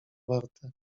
warte